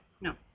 No